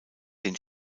den